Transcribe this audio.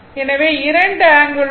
எனவே இரண்டு ஆங்கிளும் 0